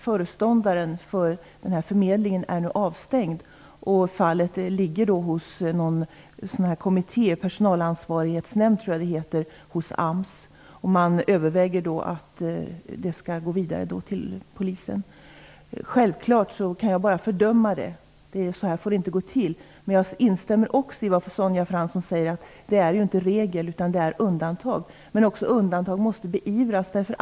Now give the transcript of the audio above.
Föreståndaren för förmedlingen är avstängd, och fallet ligger hos en kommitté, personalansvarighetsnämnd tror jag att det heter, hos AMS. Man överväger om saken skall gå vidare till polisen. Självklart kan jag bara fördöma detta. Så här får det inte gå till. Men jag instämmer också i vad Sonja Fransson säger om att detta inte är regel utan undantag. Också undantag måste dock beivras.